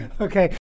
Okay